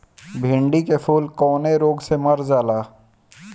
भिन्डी के फूल कौने रोग से मर जाला?